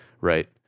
right